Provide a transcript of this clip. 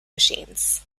machines